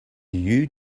you